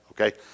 okay